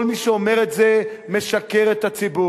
כל מי שאומר את זה משקר לציבור.